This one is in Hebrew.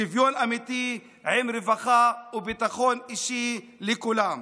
שוויון אמיתי עם רווחה וביטחון אישי לכולם,